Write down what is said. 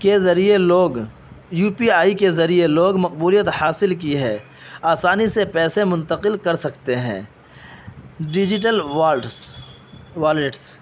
کے ذریعے لوگ یو پی آئی کے ذریعے لوگ مقبولیت حاصل کی ہے آسانی سے پیسے منتقل کر سکتے ہیں ڈیجیٹل والڈس والیٹس